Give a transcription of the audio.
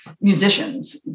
musicians